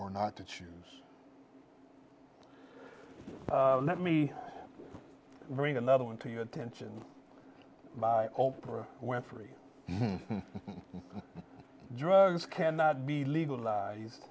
or not to choose let me bring another one to your attention by oprah winfrey drugs cannot be legal